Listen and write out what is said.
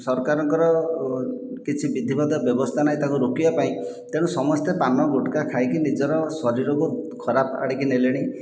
ସରକାରଙ୍କର କିଛି ବିଧିବଦ୍ଧ ବ୍ୟବସ୍ଥା ନାହିଁ ତାକୁ ରୋକିବାପାଇଁ ତେଣୁ ସମସ୍ତେ ପାନ ଗୁଟ୍ଖା ଖାଇକି ନିଜର ଶରୀରକୁ ଖରାପ ଆଡ଼ିକି ନେଲେଣି